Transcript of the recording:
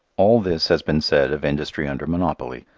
all this has been said of industry under monopoly.